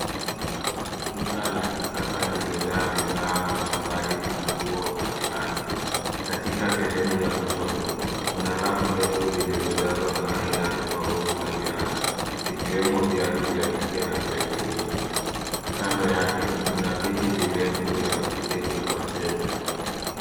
Duka la kisasa limejaa bidhaa mbalimbali za nguo na viatu. Katika sehemu ya kushoto kuna rafu ndefu zilizo jazwa na aina tofauti za viatu, vikiwemo viatu vya kike na vya kiume. Kando yake kuna viti virefu vya kuketi wateja.